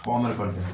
କମରେ କରିଦେବି